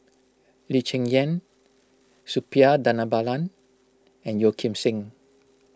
Lee Cheng Yan Suppiah Dhanabalan and Yeo Kim Seng